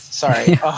sorry